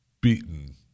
beaten